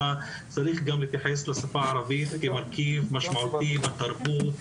אלא צריך גם להתייחס לשפה הערבית כמרכיב משמעותי בתרבות,